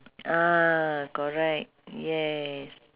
ah correct yes